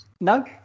no